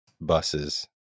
buses